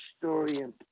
historian